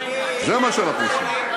זה מה שאנחנו עושים.